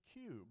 cube